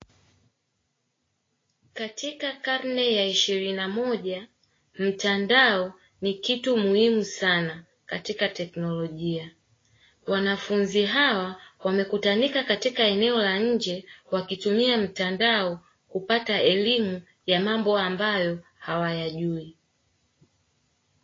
Katika karne ya 21 mtandao ni kitu muhimu sana katika teknolojia wanafunzi hawa, wamekusanyika katika eneo la nje wakitumia mtandao kupata elimu ya mambo ambayo hawayajui.